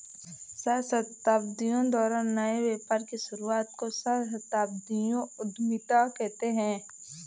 सहस्राब्दियों द्वारा नए व्यापार की शुरुआत को ही सहस्राब्दियों उधीमता कहते हैं